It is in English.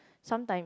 sometimes